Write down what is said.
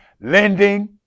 lending